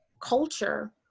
culture